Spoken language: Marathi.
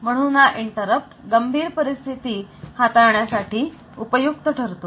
म्हणून हा इंटरप्ट गंभीर परिस्थिती हाताळण्यासाठी उपयुक्त ठरतो